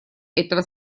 этого